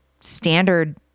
standard